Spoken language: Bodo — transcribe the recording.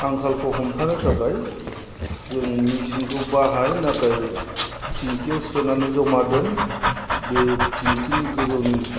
आंखालखौ हमथानो थाखाय जों मेसिनखौ बाहाय नाथाय थिंखियाव सोनानै जमा दोन बियो थिंखिनि गोजौनि